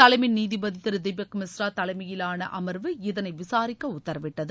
தலைமை நீதிபதி திரு தீபக் மிஸ்ரா தலைமையிவான அமர்வு இதனை விசாரிக்க உத்தரவிட்டது